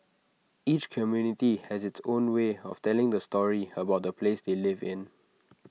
each community has its own way of telling the story about the place they live in